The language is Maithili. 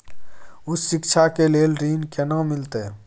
उच्च शिक्षा के लेल ऋण केना मिलते?